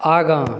आगाँ